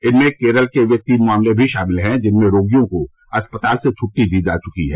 इनमें केरल के वे तीन मामले भी शामिल हैं जिनमें रोगियों को अस्पताल से छुट्टी दी जा चुकी है